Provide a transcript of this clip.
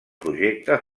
projecte